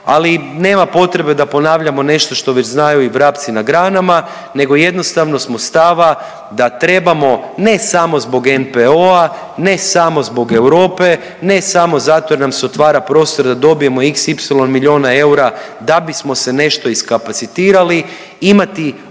ali nema potrebe da ponavljamo nešto što već znaju i vrapci na granama nego jednostavno smo stava da trebamo, ne samo zbog NPOO-a, ne samo zbog Europe, ne samo zato jer nam se otvara prostor da dobijemo xy milijuna eura da bismo se nešto iskapacitirali, imati u nekoj